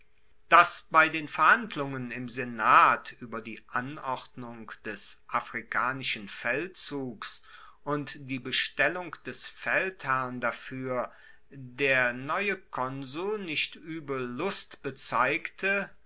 dass bei den verhandlungen im senat ueber die anordnung des afrikanischen feldzugs und die bestellung des feldherrn dafuer der neue konsul nicht uebel lust bezeigte